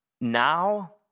now